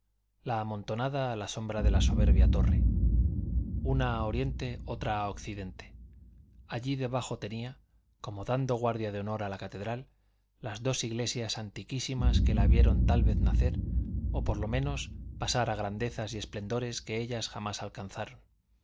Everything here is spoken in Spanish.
la amontonada a la sombra de la soberbia torre una a oriente otra a occidente allí debajo tenía como dando guardia de honor a la catedral las dos iglesias antiquísimas que la vieron tal vez nacer o por lo menos pasar a grandezas y esplendores que ellas jamás alcanzaron